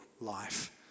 life